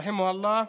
רחימהא אללה,